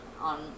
on